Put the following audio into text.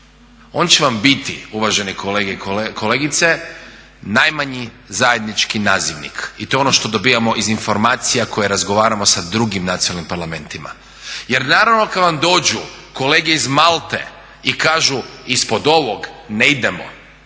on će vam biti uvažene kolegice i kolege, najmanji zajednički nazivnik i to je ono što dobivamo iz informacija koje razgovaramo sa drugim nacionalnim parlamentima. Jer naravno kada vam dođu kolege iz Malte i kažu ispod ovog ne idemo,